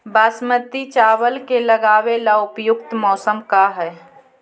बासमती चावल के लगावे ला उपयुक्त मौसम का है?